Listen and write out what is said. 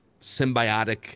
symbiotic